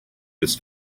this